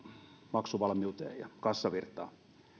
maksuvalmiuteen ja kassavirtaan